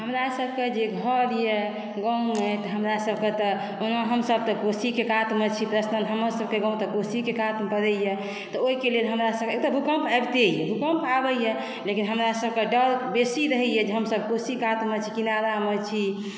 हमरा सभके जे घर एहि गाँवमे हमरा सभके तऽ ओहिमे हमसभ तऽ कोशीके कातमे छी पर्सनल हमर सभके गाँव तऽ कोसीके कातमे परैया तऽ ओहिके लेल हमरा सभके ओतय भूकम्प अबैते अहि भूकम्प आबैया लेकिन हमरा सभक डाउट बेसी रहैया जे हमसभ कोशी कातमे छी किनारामे छी